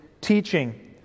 teaching